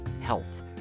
health